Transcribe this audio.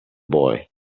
boy